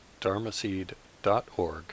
dharmaseed.org